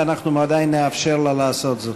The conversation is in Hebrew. ואנחנו עדיין נאפשר לה לעשות זאת.